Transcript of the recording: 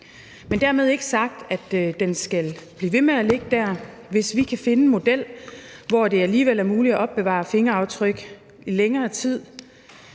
Men dermed ikke sagt, at den skal blive ved med at ligge der. Hvis vi kan finde en model, hvor det alligevel er muligt at opbevare fingeraftryk i længere tid